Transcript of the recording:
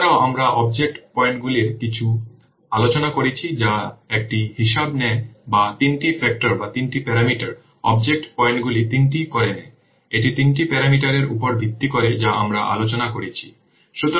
এছাড়াও আমরা অবজেক্ট পয়েন্টগুলির একটু আলোচনা করেছি যা একটি হিসাব নেয় বা তিনটি ফ্যাক্টর বা তিনটি প্যারামিটার অবজেক্ট পয়েন্টগুলি তিনটি করে নেয় এটি তিনটি প্যারামিটারের উপর ভিত্তি করে যা আমরা আলোচনা করেছি